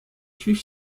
ҫӳҫ